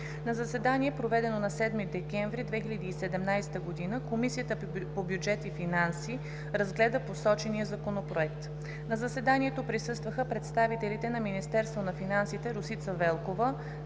На заседание, проведено на 7 декември 2017 г., Комисията по бюджет и финанси разгледа посочения Законопроект. На заседанието присъстваха представителите на Министерство на финансите: Росица Велкова